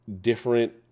different